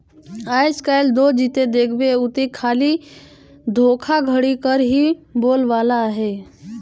आएज काएल दो जिते देखबे उते खाली धोखाघड़ी कर ही बोलबाला अहे